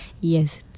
yes